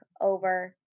over